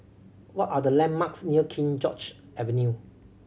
what are the landmarks near King George Avenue